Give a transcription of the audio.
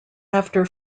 after